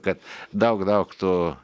kad daug daug tų